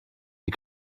die